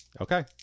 Okay